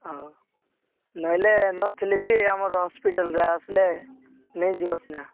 ଆଉ ନହେଲେ ନଥିଲେ ବି ଆମର ହସ୍ପିଟାଲ୍ରେ ଆସିଲେ ନେଇଯିବ ସିନା